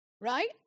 right